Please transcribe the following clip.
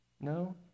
no